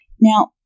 Now